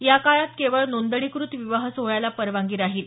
या काळात केवळ नोंदणीकृत विवाह सोहळ्याला परवानगी राहील